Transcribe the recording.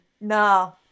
No